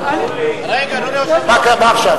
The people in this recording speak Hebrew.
מה עכשיו?